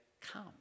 come